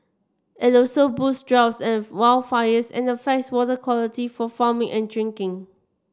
it also boosts droughts and wildfires and affects water quality for farming and drinking